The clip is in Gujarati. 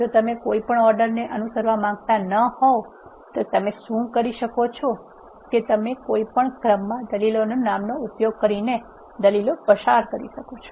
જો તમે કોઈપણ ઓર્ડરને અનુસરવા માંગતા ન હોવ તો તમે શું કરી શકો છો કે તમે કોઈ પણ ક્રમમાં દલીલોના નામનો ઉપયોગ કરીને દલીલો પસાર કરી શકો છો